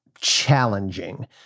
challenging